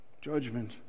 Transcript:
judgment